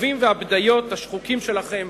בכזבים ובבדיות השחוקים שלכם,